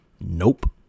Nope